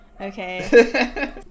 okay